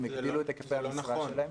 הם הגדילו את היקפי המשרה שלהם.